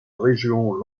région